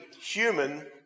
human